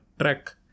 track